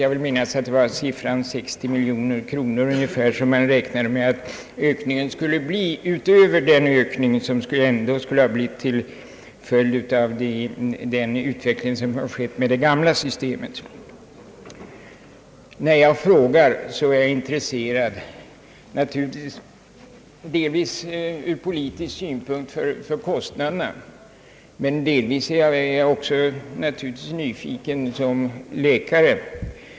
Jag vill minnas att man räknade med att ökningen skulle röra sig om 60 miljoner kronor utöver den ökning som ändå skulle ha uppstått om man haft det gamla systemet kvar. Anledningen till min fråga är naturligtvis att jag ur politisk synpunkt är intresserad för kostnaderna, men jag är givetvis också nyfiken som läkare.